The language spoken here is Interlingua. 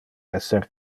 esser